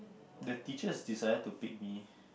the teachers decided to pick me